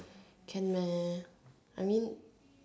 can meh I mean